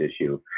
issue